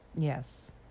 Yes